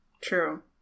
True